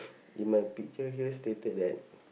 in my picture here stated that